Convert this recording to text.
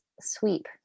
sweep